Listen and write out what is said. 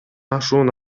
ашуун